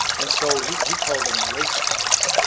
and so he he called them the race of laborers.